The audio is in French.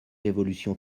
l’évolution